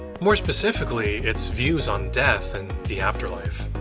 more specifically, it's views on death and the afterlife.